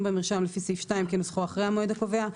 במרשם לפי סעיף 2 כנוסחו אחרי המועד הקובע,